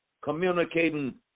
communicating